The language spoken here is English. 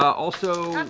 also,